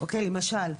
למשל,